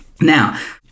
Now